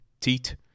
teat